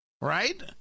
Right